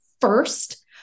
first